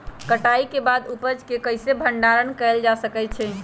कटाई के बाद उपज के कईसे भंडारण कएल जा सकई छी?